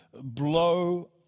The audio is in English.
blow